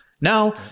Now